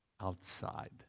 Outside